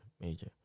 major